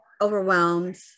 overwhelmed